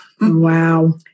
Wow